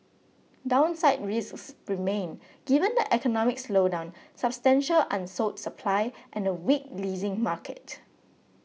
downside risks remain given the economic slowdown substantial unsold supply and a weak leasing market